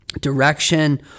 direction